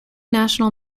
national